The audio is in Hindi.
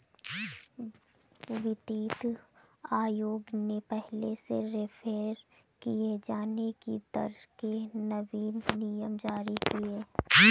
वित्तीय आयोग ने पहले से रेफेर किये जाने की दर के नवीन नियम जारी किए